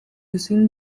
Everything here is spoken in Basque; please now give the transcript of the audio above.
ezin